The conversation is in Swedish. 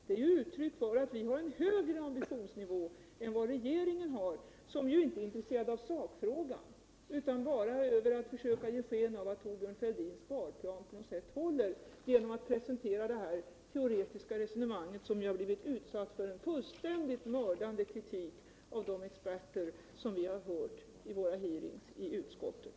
Det är uttryck för att vi har en högre ambitionsnivå än regeringen. som inte är intresserad av sakfrågan utan bara vill ge sken av att Thorbjörn Fälldins sparplan håller, genom att presentera detta teoretiska resonemang, som ju har blivit utsatt för en fullständigt mördande kritik av de experter som har talat under hearings i utskottet.